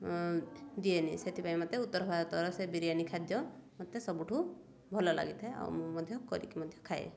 ଦିଏନି ସେଥିପାଇଁ ମତେ ଉତ୍ତର ଭାରତର ସେ ବିରିୟାନୀ ଖାଦ୍ୟ ମୋତେ ସବୁଠୁ ଭଲ ଲାଗିଥାଏ ଆଉ ମୁଁ ମଧ୍ୟ କରିକି ମଧ୍ୟ ଖାଏ